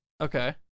Okay